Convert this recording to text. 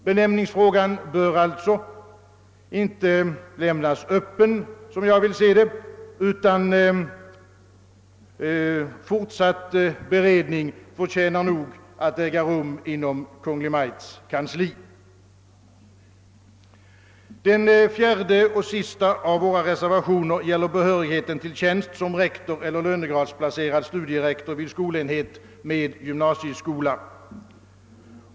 Benämningsfrågan bör alltså inte lämnas öppen utan är, som jag ser saken, förtjänt av fortsatt beredning inom Kungl. Maj:ts kansli. Den fjärde och sista av våra reservationer gäller behörighet till tjänst som rektor eller lönegradsplacerad studierektor vid skolenhet med gymnasieskola.